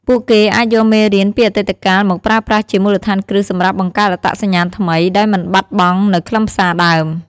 ពួកគេអាចយកមេរៀនពីអតីតកាលមកប្រើប្រាស់ជាមូលដ្ឋានគ្រឹះសម្រាប់បង្កើតអត្តសញ្ញាណថ្មី ដោយមិនបាត់បង់នូវខ្លឹមសារដើម។